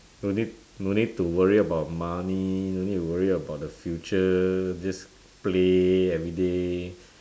no need no need to worry about money no need to worry about the future just play everyday